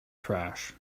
trash